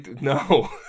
No